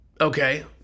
okay